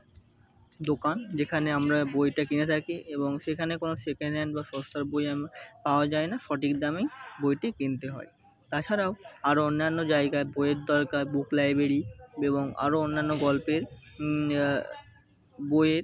দোকান যেখানে আমরা বইটা কিনে থাকি এবং সেখানে কোনও সেকেন্ড হ্যান্ড বা সস্তার বই আমি পাওয়া যায় না সঠিক দামেই বইটি কিনতে হয় তাছাড়াও আরও অন্যান্য জায়গায় বইয়ের দরকার বুক লাইবেরি এবং আরও অন্যান্য গল্পের বইয়ের